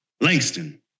Langston